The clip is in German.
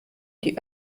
die